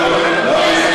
דוד.